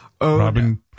Robin